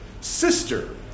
Sister